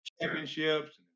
championships